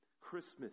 Christmas